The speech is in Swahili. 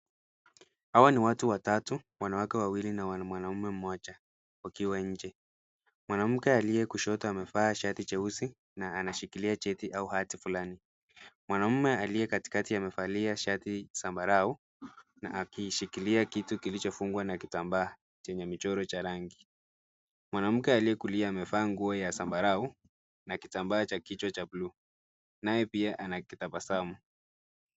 Hawa ni watu watatu, wanawake wawili na mwanaume mmoja wakiwa nje. Mwanamke aliye kushoto amevaa shati jeusi na anashikilia cheti au hati fulani. Mwanaume aliye katikati amevalia shati zambarau na akiishikilia kitu kilichofungwa na kitamba chenye michoro cha rangi. Mwanamke aliye kulia amevaa nguo ya zambarau na kitamba cha kichwa cha blue naye pia ana kitabasamu.